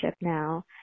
now